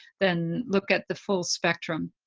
then look at the full spectrum.